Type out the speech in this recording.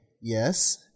yes